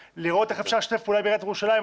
לראות איך אפשר לשתף פעולה עם עיריית ירושלים.